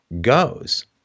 goes